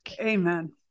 amen